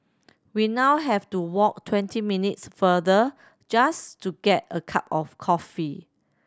we now have to walk twenty minutes further just to get a cup of coffee